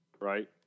right